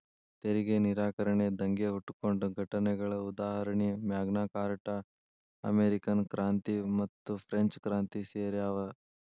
ತೆರಿಗೆ ನಿರಾಕರಣೆ ದಂಗೆ ಹುಟ್ಕೊಂಡ ಘಟನೆಗಳ ಉದಾಹರಣಿ ಮ್ಯಾಗ್ನಾ ಕಾರ್ಟಾ ಅಮೇರಿಕನ್ ಕ್ರಾಂತಿ ಮತ್ತುಫ್ರೆಂಚ್ ಕ್ರಾಂತಿ ಸೇರ್ಯಾವ